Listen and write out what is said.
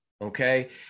okay